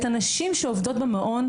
את הנשים שעובדות במעון,